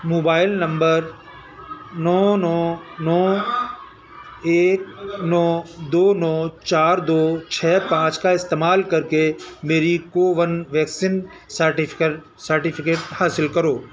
mobile number نو نو نو ایک نو دو نو چار دو چھ پانچ کا استعمال کر کے میری کوون ویکسین سرٹیفکیٹ سرٹیفکیٹ حاصل کرو